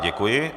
Děkuji.